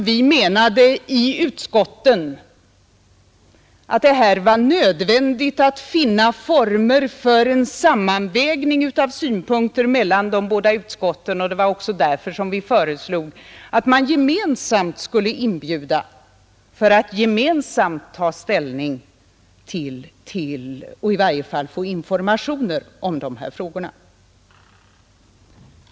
Vi menade i utskotten att det var nödvändigt att finna former för en sammanvägning av synpunkter mellan de båda utskotten. Det var också därför som vi föreslog att man skulle inbjuda till att gemensamt ta ställning till eller i varje fall få informationer om dessa frågor.